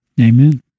Amen